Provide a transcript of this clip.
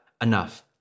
enough